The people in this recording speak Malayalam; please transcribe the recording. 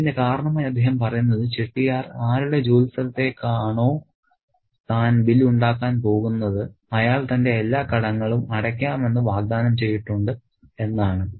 അതിന്റെ കാരണമായി അദ്ദേഹം പറയുന്നത് ചെട്ടിയാർ ആരുടെ ജോലിസ്ഥലത്തേക്ക് ആണോ താൻ ബില്ലുകൾ ഉണ്ടാക്കാൻ പോകുന്നത് അയാൾ തന്റെ എല്ലാ കടങ്ങളും അടയ്ക്കാമെന്ന് വാഗ്ദാനം ചെയ്തിട്ടുണ്ട് എന്നാണ്